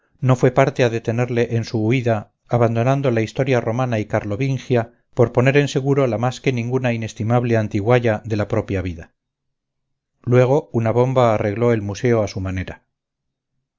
no fue parte a detenerle en su huida abandonando la historia romana y carlovingia por poner en seguro la más que ninguna inestimable antigualla de la propia vida luego una bomba arregló el museo a su manera